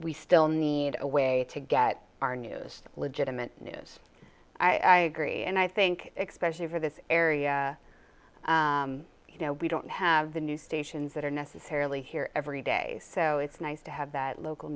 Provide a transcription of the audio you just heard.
we still need a way to get our news legitimate news i agree and i think exposure for this area you know we don't have the news stations that are necessarily here every day so it's nice to have that local